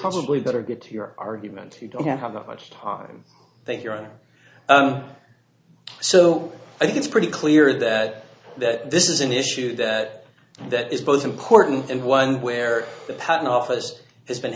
probably better get to your argument you don't have that much time thank you ron so i think it's pretty clear that that this is an issue that that is both important and one where the patent office has been